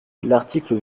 l’article